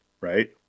right